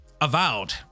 avowed